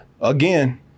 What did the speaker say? again